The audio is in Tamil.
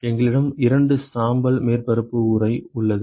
எங்களிடம் இரண்டு சாம்பல் மேற்பரப்பு உறை உள்ளது